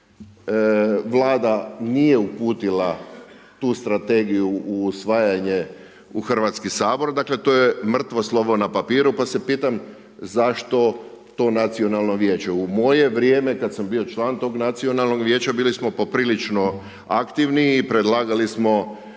Vlada nije uputila tu strategiju u usvajanje u Hrvatski sabor. Dakle, to je mrtvo slovo na papiru, pa se pitam zašto to nacionalno vijeće. U moje vrijeme kada sam bio član tog Nacionalnog vijeća bili smo poprilično aktivni i predlagali smo